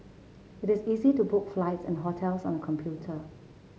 it is easy to book flights and hotels on the computer